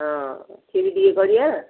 ହଁ କ୍ଷିରି ଟିକେ କରିବା